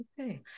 Okay